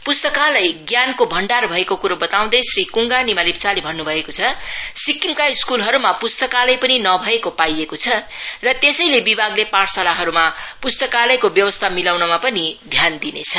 प्स्तकालय ज्ञानको भण्डार भएको क्रो बताउँदै श्री क्ङमा निमा लेप्चाले भन्न् बएको छ सिक्किमका स्कूलहरूमा प्स्तकालय पनि नभएको पाइएको छ र त्यसैले विभागले पाठशालाहरूमा पृष्ताकालयको व्यवस्था मिलाउनमा पनि ध्यान दिनेछ